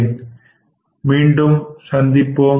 நன்றி மீண்டும் சந்திப்போம்